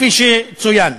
כפי שצוין.